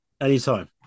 Anytime